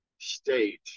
state